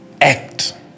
act